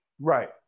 Right